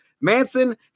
Manson